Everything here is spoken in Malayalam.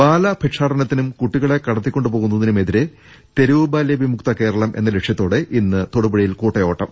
ബാലഭിക്ഷാടനത്തിനും കുട്ടികളെ കടത്തിക്കൊണ്ടു പോകുന്നതിനും എതിരെ തെരുവുബാല്യ വിമുക്ത കേരളം എന്ന ലക്ഷ്യത്തോടെ ഇന്ന് തൊടുപുഴയിൽ കൂട്ടയോട്ടം